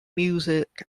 music